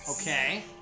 okay